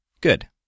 Good